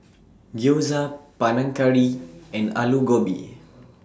Gyoza Panang Curry and Alu Gobi